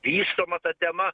vystoma ta tema